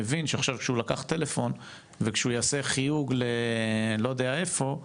מבין שעכשיו שהוא לקח טלפון וכשהוא יעשה חיוג ללא יודע איפה,